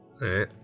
Right